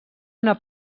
una